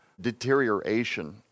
deterioration